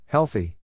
Healthy